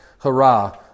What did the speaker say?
hurrah